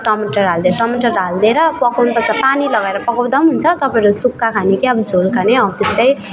टमाटर हालिदियो टमाटर हालिदिएर पकाउनुपर्छ पानी लगाएर पकाउँदा पनि हुन्छ तपाईँहरू सुक्खा खाने कि अब झोल खाने हो त्यस्तै